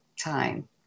time